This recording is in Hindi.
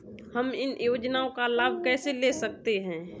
हम इन योजनाओं का लाभ कैसे ले सकते हैं?